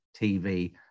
TV